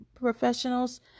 professionals